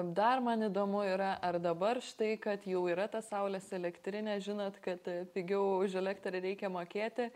dar man įdomu yra ar dabar štai kad jau yra ta saulės elektrinė žinot kad pigiau už elektrą reikia mokėti